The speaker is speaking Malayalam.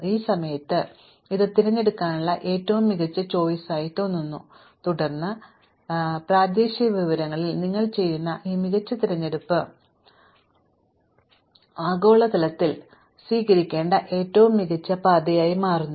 ഈ സമയത്ത് ഇത് തിരഞ്ഞെടുക്കാനുള്ള ഏറ്റവും മികച്ച ചോയിസായി തോന്നുന്നു തുടർന്ന് പ്രാദേശിക വിവരങ്ങളിൽ നിങ്ങൾ ചെയ്യുന്ന ഈ മികച്ച തിരഞ്ഞെടുപ്പ് ആഗോളതലത്തിൽ സ്വീകരിക്കേണ്ട ഏറ്റവും മികച്ച പാതയായി മാറുന്നു